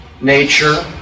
nature